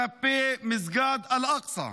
כלפי מסגד אל-אקצא.